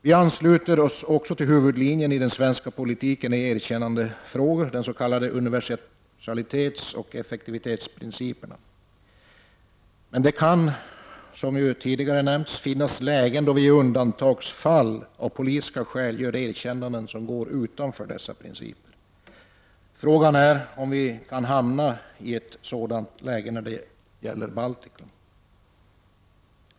Vi ansluter oss också till huvudlinjen i den svenska politiken i erkännandefrågor, de s.k. universalitetsoch effektivitetsprinciperna. Men det kan ju — som tidigare har nämnts — finnas lägen då vi i undantagsfall av politiska skäl gör erkännanden som går utanför dessa principer. Frågan är om vi kan hamna i ett sådant läge när det gäller Baltikum.